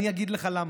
אני אגיד לך למה".